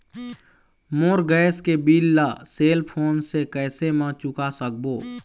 मोर gas के bill ला cell phone से कैसे म चुका सकबो?